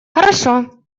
хорошо